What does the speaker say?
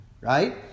Right